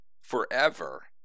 Forever